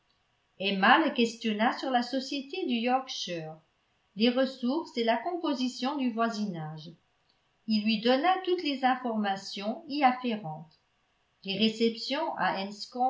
emma le questionna sur la société du yorkshire les ressources et la composition du voisinage il lui donna toutes les informations y afférentes les réceptions à